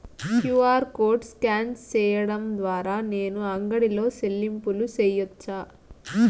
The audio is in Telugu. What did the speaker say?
క్యు.ఆర్ కోడ్ స్కాన్ సేయడం ద్వారా నేను అంగడి లో చెల్లింపులు సేయొచ్చా?